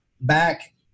back